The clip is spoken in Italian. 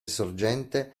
sorgente